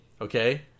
okay